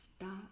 stop